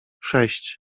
sześć